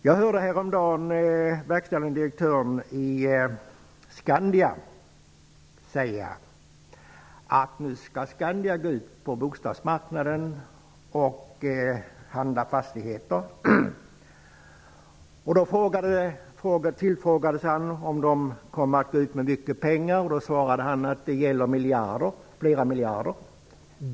Jag hörde häromdagen verkställande direktören i Skandia säga att Skandia nu skall gå ut på bostadsmarknaden och handla fastigheter. Han tillfrågades om man skulle gå ut med mycket pengar, och han svarade att det gällde flera miljarder.